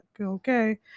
okay